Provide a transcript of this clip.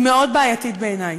היא מאוד בעייתית בעיני.